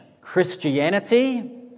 Christianity